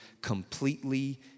completely